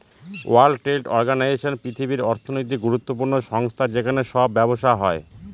world trade organisation পৃথিবীর অর্থনৈতিক গুরুত্বপূর্ণ সংস্থা যেখানে সব ব্যবসা হয়